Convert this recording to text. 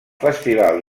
festival